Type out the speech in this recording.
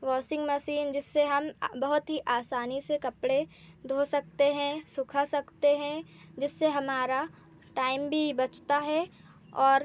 washing machine जिससे हम बहुत ही आसानी से कपड़े धो सकते हैं सुखा सकते हैं जिससे हमारा टाइम भी बचता है और